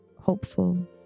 hopeful